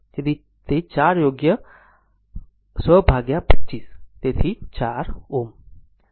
તેથી તે 4 Ω યોગ્ય 10025 હશે